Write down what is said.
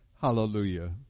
Hallelujah